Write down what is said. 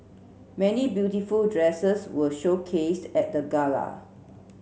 many beautiful dresses were showcased at the gala